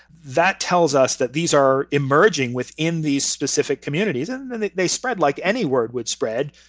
that tells us that these are emerging within these specific communities, and and and they they spread like any word would spread,